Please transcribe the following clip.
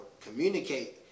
communicate